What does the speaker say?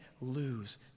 lose